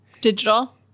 Digital